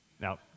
Now